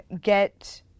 get